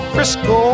Frisco